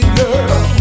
girl